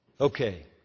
Okay